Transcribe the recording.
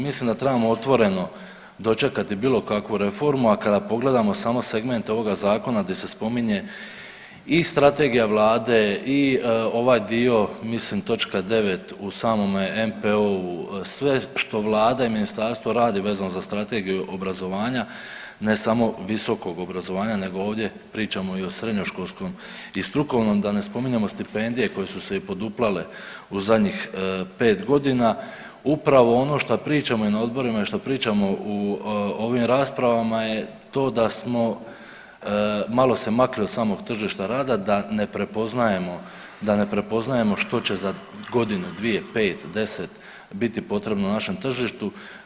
Mislim da trebamo otvoreno dočekati bilo kakvu reformu, a kada pogledamo samo segment ovoga zakona gdje se spominje i strategija vlade i ovaj dio mislim točka 9. u samome NPO-u, sve što vlada i ministarstvo radi vezano za strategiju obrazovanja, ne samo visokog obrazovanja nego ovdje pričamo i o srednjoškolskom i strukovnom, da ne spominjemo stipendije koje su se i poduplale u zadnjih 5 godina, upravo ono šta pričamo i na odborima i šta pričamo u ovim raspravama je to da smo malo se makli od samoga tržišta rada, da ne prepoznajemo, da ne prepoznajemo što će za godinu, dvije, pet, deset biti potrebno našem tržištu.